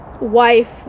wife